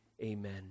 Amen